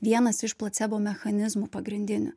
vienas iš placebo mechanizmų pagrindinių